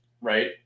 right